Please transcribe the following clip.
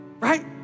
Right